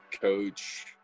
coach